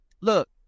Look